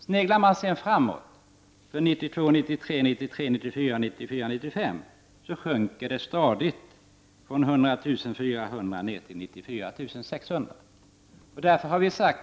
Sneglar man sedan framåt för 1992 94 och 1994/95 sjunker det stadigt från 100 400 ner till 94 600.